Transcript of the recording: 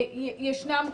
ישנם כספומטים.